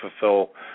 fulfill